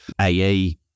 AE